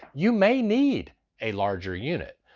you may need a larger unit,